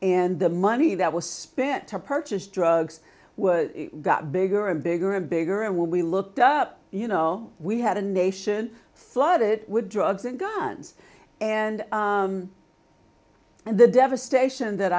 and the money that was spent to purchase drugs was got bigger and bigger and bigger and when we looked up you know we had a nation thought it would drugs and guns and and the devastation that